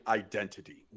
identity